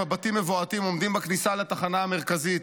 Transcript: מבטים מבועתים עומדים בכניסה לתחנה המרכזית.